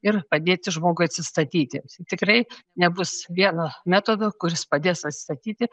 ir padėti žmogui atsistatyti tikrai nebus vieno metodo kuris padės atstatyti